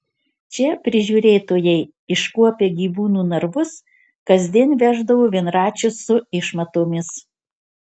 čia prižiūrėtojai iškuopę gyvūnų narvus kasdien veždavo vienračius su išmatomis